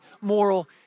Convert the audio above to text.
moral